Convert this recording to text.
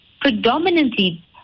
predominantly